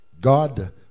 God